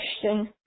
question